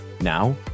now